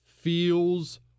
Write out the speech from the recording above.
feels